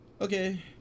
Okay